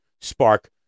spark